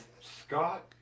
Scott